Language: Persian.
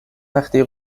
وقتی